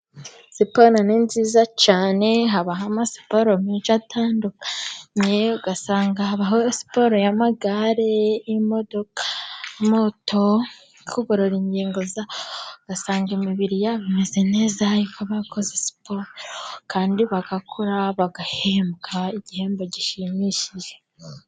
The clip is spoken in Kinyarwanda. Siporo ni nziza cyane, habaho siporo nyinshi itandukanye, ugasanga habaho siporo y'amagare, y'imodoka, moto igorora ingingo. Ugasanga imibiri yabo imeze neza, nk'abakoze siporo kandi, bagakora bagahembwa igihembo gishimishije.